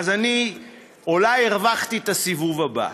אז אני אולי הרווחתי את הסיבוב הבא.